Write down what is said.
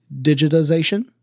digitization